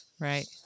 Right